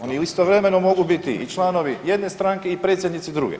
Oni istovremeno mogu biti i članovi jedne stranke i predsjednici druge.